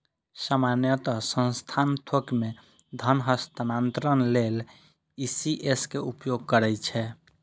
सामान्यतः संस्थान थोक मे धन हस्तांतरण लेल ई.सी.एस के उपयोग करै छै